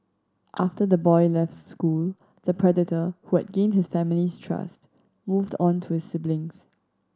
after the boy left the school the predator who had gained the family's trust moved on to his siblings